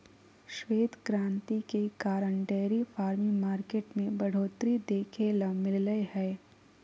श्वेत क्रांति के कारण डेयरी फार्मिंग मार्केट में बढ़ोतरी देखे ल मिललय हय